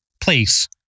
place